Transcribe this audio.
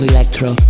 Electro